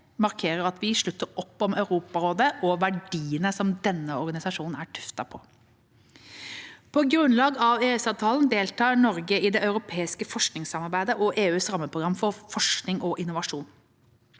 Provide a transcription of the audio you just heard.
markerer at vi slutter opp om Europarådet og verdiene som denne organisasjonen er tuftet på. På grunnlag av EØS-avtalen deltar Norge i Det europeiske forskningsområdet og EUs rammeprogram for forskning og innovasjon.